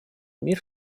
мир